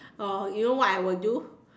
oh you know what I will do